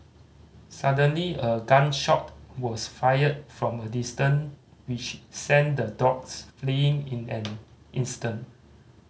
suddenly a gun shot was fired from a distance which sent the dogs fleeing in an instant